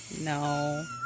No